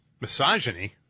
Misogyny